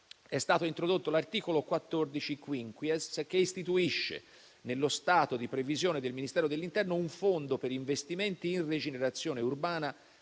è stato introdotto l'articolo 14-*quinquies*, che istituisce, nello stato di previsione del Ministero dell'interno, un fondo per investimenti in rigenerazione urbana